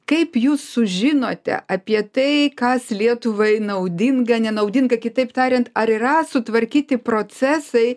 kaip jūs sužinote apie tai kas lietuvai naudinga nenaudinga kitaip tariant ar yra sutvarkyti procesai